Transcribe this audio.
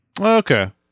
Okay